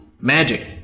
magic